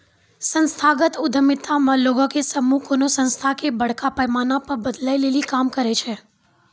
संस्थागत उद्यमिता मे लोगो के समूह कोनो संस्था के बड़का पैमाना पे बदलै लेली काम करै छै